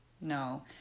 No